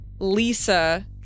Lisa